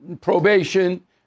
probation